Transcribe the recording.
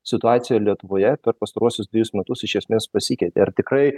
situacija lietuvoje per pastaruosius dvejus metus iš esmės pasikeitė ir tikrai